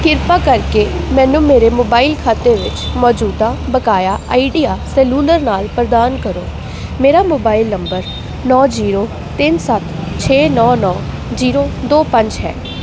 ਕਿਰਪਾ ਕਰਕੇ ਮੈਨੂੰ ਮੇਰੇ ਮੋਬਾਈਲ ਖਾਤੇ ਵਿੱਚ ਮੌਜੂਦਾ ਬਕਾਇਆ ਆਈਡੀਆ ਸੈਲੂਲਰ ਨਾਲ ਪ੍ਰਦਾਨ ਕਰੋ ਮੇਰਾ ਮੋਬਾਈਲ ਨੰਬਰ ਨੌ ਜੀਰੋ ਤਿੰਨ ਸੱਤ ਛੇ ਨੌ ਨੌ ਜੀਰੋ ਦੋ ਪੰਜ ਹੈ